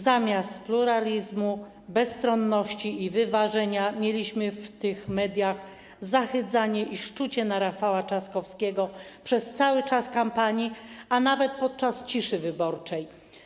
Zamiast pluralizmu, bezstronności i wyważenia mieliśmy w tych mediach zohydzanie i szczucie na Rafała Trzaskowskiego przez cały czas kampanii, a nawet podczas ciszy wyborczej.